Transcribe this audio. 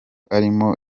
arimo